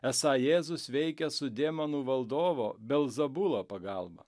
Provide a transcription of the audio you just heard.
esą jėzus veikia su demonų valdovo belzebulo pagalba